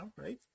right